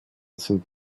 sind